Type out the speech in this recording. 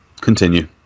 Continue